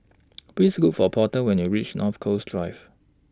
Please Look For Porter when YOU REACH North Coast Drive